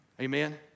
Amen